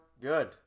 Good